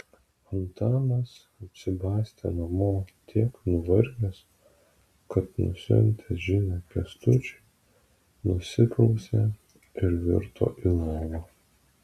antanas atsibastė namo tiek nuvargęs kad nusiuntęs žinią kęstučiui nusiprausė ir virto į lovą